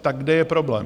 Tak kde je problém?